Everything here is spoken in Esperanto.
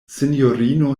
sinjorino